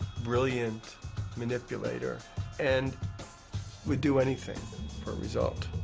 brilliant manipulator and would do anything for a result,